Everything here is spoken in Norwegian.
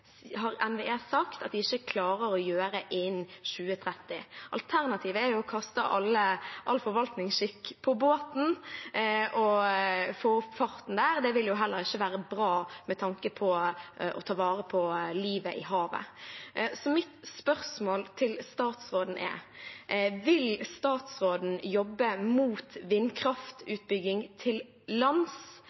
gjelder energipolitikken. NVE har sagt at de ikke klarer å bygge ut vindkraft til havs innen 2030. Alternativet er å kaste all forvaltningsskikk på båten og få opp farten. Det vil jo heller ikke være bra med tanke på å ta vare på livet i havet. Så mitt spørsmål til statsråden er: Vil statsråden jobbe mot vindkraftutbygging til lands,